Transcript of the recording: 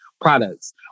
products